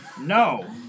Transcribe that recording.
No